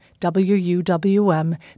WUWM